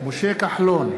משה כחלון,